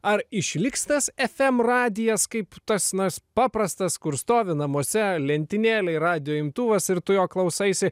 ar išliks tas fm radijas kaip tas na paprastas kur stovi namuose lentynėlei radijo imtuvas ir tu jo klausaisi